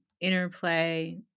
interplay